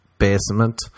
basement